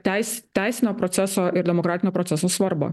teis teisinio proceso ir demokratinio proceso svarbą